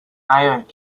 iron